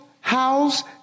house